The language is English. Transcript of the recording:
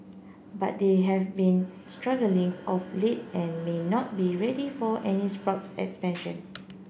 but they have been struggling of late and may not be ready for any spurt expansion